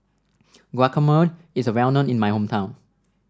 guacamole is well known in my hometown